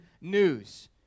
news